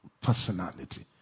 personality